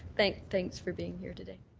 thanks thanks for being here today.